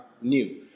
new